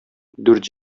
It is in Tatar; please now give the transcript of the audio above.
дүрт